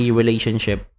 relationship